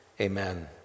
amen